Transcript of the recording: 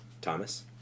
Thomas